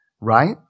right